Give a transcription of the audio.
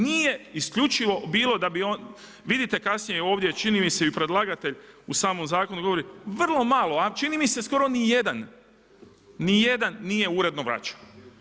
Nije isključivo bilo da bi on, vidite kasnije ovdje, čini mi se i predlagatelj u samom zakonu govori, vrlo malo a čini mi se skoro nijedan, nije uredno vraćen.